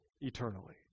eternally